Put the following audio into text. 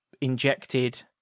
injected